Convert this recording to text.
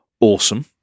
awesome